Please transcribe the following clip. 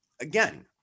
Again